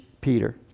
Peter